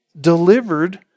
delivered